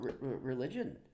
religion